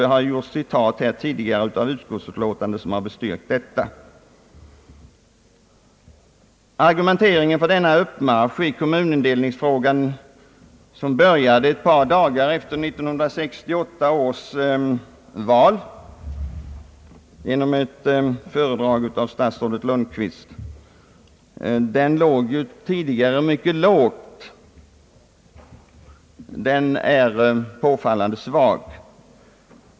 Det har gjorts citat här tidigare ur utskottsutlåtandet 1962 som bestyrkt detta. Argumenteringen för den uppmarsch i kommunindelningsfrågan, som vi nu bevittnar resultatet av och som började ett par dagar efter 1968 års val genom ett föredrag av statsrådet Lundkvist, är påfallande svag.